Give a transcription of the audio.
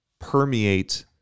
permeate